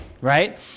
right